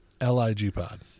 L-I-G-Pod